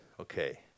Okay